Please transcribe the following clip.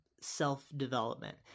self-development